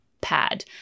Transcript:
pad